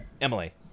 Emily